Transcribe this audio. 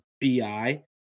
bi